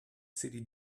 city